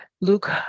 Luke